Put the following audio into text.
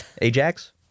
Ajax